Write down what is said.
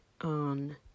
on